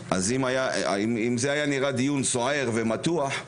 אם זה נראה דיון סוער ומתוח,